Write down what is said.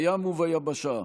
בים וביבשה,